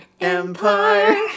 Empire